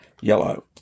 yellow